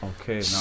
okay